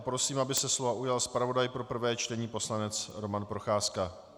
Prosím, aby se slova ujal zpravodaj pro prvé čtení poslanec Roman Procházka.